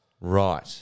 Right